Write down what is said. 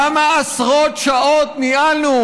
כמה עשרות שעות ניהלנו,